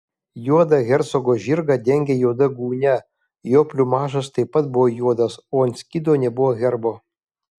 juodą hercogo žirgą dengė juoda gūnia jo pliumažas taip pat buvo juodas o ant skydo nebuvo herbo